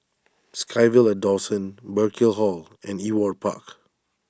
SkyVille at Dawson Burkill Hall and Ewart Park